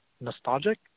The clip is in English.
nostalgic